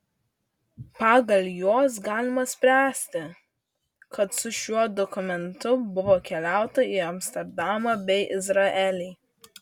pagal juos galima spręsti kad su šiuo dokumentu buvo keliauta į amsterdamą bei izraelį